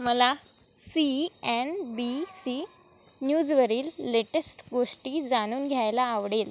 मला C N B C न्यूजवरील latest गोष्टी जाणून घ्यायला आवडेल